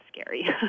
scary